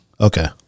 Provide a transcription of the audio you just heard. okay